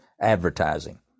advertising